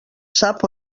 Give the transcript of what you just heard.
sap